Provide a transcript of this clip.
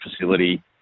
facility